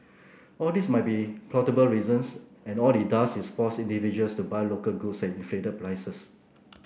all these might be probable reasons and all it does is force individuals to buy local goods at inflated prices